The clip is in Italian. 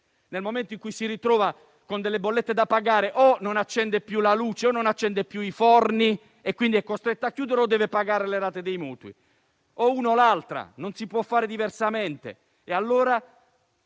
nel momento in cui si ritrova con delle bollette da pagare, se non accendere più la luce, non accendere più i forni (essendo quindi costretta a chiudere), oppure se pagare le rate dei mutui; o l'una o l'altra cosa, non si può fare diversamente. Allora